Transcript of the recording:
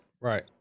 Right